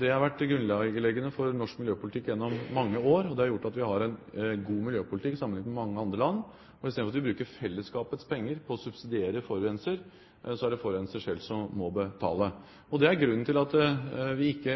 Det har vært grunnleggende i norsk miljøpolitikk gjennom mange år, og det har gjort at vi har en god miljøpolitikk sammenliknet med mange andre land. Istedenfor at vi bruker fellesskapets penger på å subsidiere forurenser, er det forurenser selv som må betale. Grunnen til at vi ikke